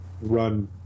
run